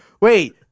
Wait